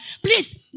Please